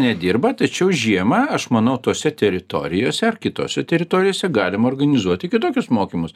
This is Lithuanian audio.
nedirba tačiau žiemą aš manau tose teritorijose ar kitose teritorijose galima organizuoti kitokius mokymus